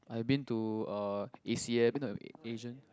I been to uh Ase~ I been to Asian